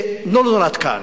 לא נולד כאן,